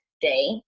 day